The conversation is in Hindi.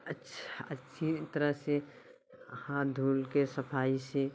अच्छा अच्छी तरह से हाँथ धुल के सफाई से